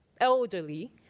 elderly